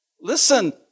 Listen